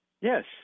Yes